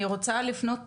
אני רוצה לפנות